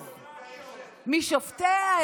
90% משופטי העליון,